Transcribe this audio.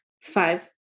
five